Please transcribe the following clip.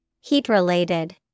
Heat-related